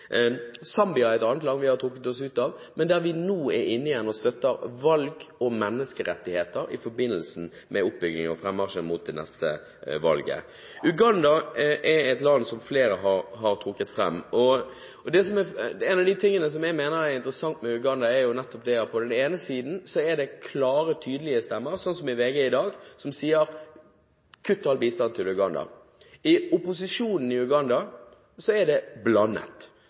et annet land vi har trukket oss ut av, men der vi nå er inne igjen og støtter valg og menneskerettigheter i forbindelse med oppbygging og frammarsj mot det neste valget. Uganda er et land som flere har trukket fram. En av de tingene som jeg mener er interessant med Uganda, er nettopp at på den ene siden er det klare og tydelige stemmer – sånn som i VG i dag, der man sier kutt all bistand til Uganda. I opposisjonen i Uganda er det